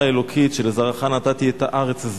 האלוקית של "לזרעך נתתי את הארץ הזאת".